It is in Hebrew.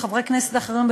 וחברי כנסת אחרים,